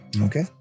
Okay